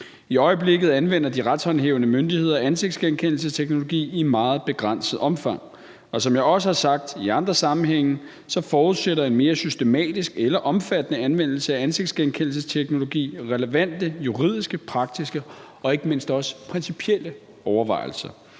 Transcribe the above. I øjeblikket anvender de retshåndhævende myndigheder ansigtsgenkendelsesteknologi i meget begrænset omfang, og som jeg også har sagt i andre sammenhænge, forudsætter en mere systematisk eller omfattende anvendelse af ansigtsgenkendelsesteknologi relevante juridiske, praktiske og ikke mindst også principielle overvejelser.